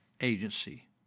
agency